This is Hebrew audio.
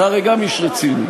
אתה הרי גם איש רציני.